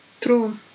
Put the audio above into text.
True